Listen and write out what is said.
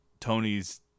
Tony's